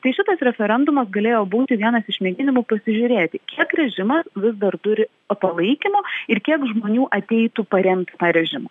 tai šitas referendumas galėjo būti vienas iš mėginimų pasižiūrėti kiek režimas vis dar turi palaikymo ir kiek žmonių ateitų paremti tą režimą